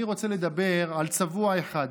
אני רוצה לדבר על צבוע אחד,